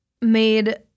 made